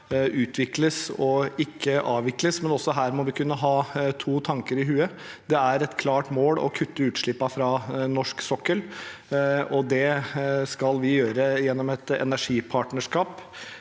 utvikles og ikke avvikles. Men også her må vi kunne ha to tanker i hodet. Det er et klart mål å kutte utslippene fra norsk sokkel. Det skal vi gjøre gjennom et energipartnerskap.